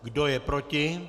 Kdo je proti?